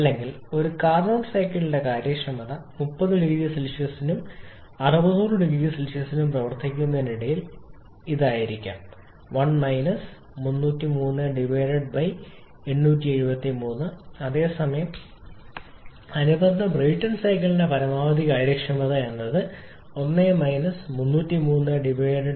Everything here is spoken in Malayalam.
അല്ലെങ്കിൽ ഒരു കാർനോട്ട് സൈക്കിളിന്റെ കാര്യക്ഷമത 30 0C നും 600 0C നും ഇടയിൽ പ്രവർത്തിക്കുന്നത് ഇതായിരിക്കും 1 303873 അതേസമയം അനുബന്ധ ബ്രേട്ടൺ സൈക്കിളിന്റെ പരമാവധി കാര്യക്ഷമത ഇതായിരിക്കും 1 3031673